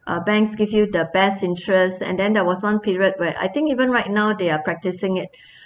uh banks give you the best interest and then there was one period where I think even right now they are practising it